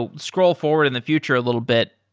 ah scroll forward in the future a little bit,